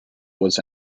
was